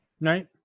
right